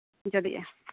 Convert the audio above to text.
ᱢᱩᱪᱟᱹᱫᱮᱜᱼᱟ